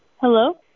Hello